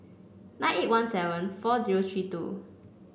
nine eight one seven four zero three two